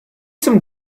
some